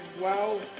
wow